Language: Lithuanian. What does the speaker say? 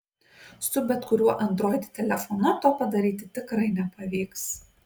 su bet kuriuo android telefonu to padaryti tikrai nepavyks